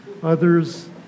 Others